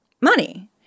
money